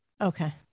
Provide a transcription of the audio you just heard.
Okay